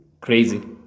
crazy